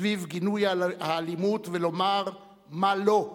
סביב גינוי האלימות, ולומר מה לא,